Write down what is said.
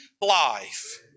life